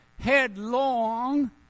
headlong